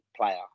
player